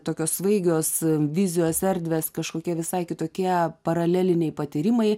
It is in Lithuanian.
tokios svaigios vizijos erdvės kažkokie visai kitokie paraleliniai patyrimai